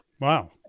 Wow